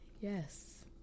Yes